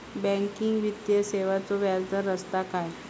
Banking वित्तीय सेवाचो व्याजदर असता काय?